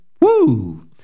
Woo